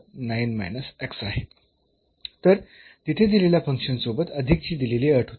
तर तिथे दिलेल्या फंक्शन सोबत अधिकची दिलेली अट होती